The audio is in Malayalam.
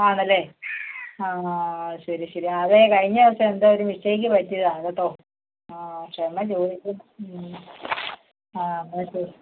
ആണല്ലേ ആ ഹാ ശരി ശരി അതേ കഴിഞ്ഞ ദിവസം എന്തോ ഒരു മിസ്റ്റേക്ക് പറ്റിയതാണ് കേട്ടോ ആ ക്ഷമ ചോദിക്കുന്നു ആ എന്നാൽ ശരി